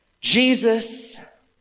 Jesus